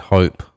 Hope